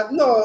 no